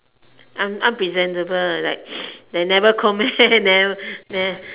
un~ unpresentable like they never comb hair never nev~